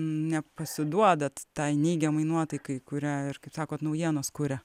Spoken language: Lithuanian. nepasiduodat tai neigiamai nuotaikai kurią ir kaip sakot naujienos kuria